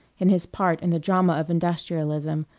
and his part in the drama of industrialism,